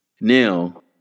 Now